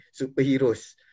superheroes